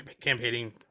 campaigning